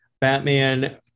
Batman